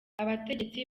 abategetsi